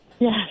Yes